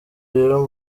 rero